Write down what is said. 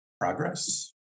progress